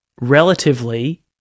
relatively